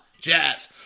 Jazz